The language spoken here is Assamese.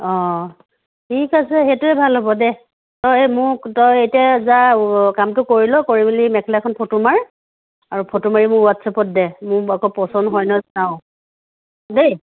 অঁ ঠিক আছে সেইটোৱেই ভাল হ'ব দে তই মোক তই এতিয়া যা কামটো কৰি ল কৰি মেখেলাখন ফটো মাৰ আৰু ফটো মাৰি মোক হোৱাটছাপত দে মোৰ আকৌ পচন্দ হয় নে নহয় চাওঁ দেই